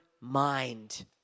mind